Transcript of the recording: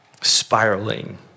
spiraling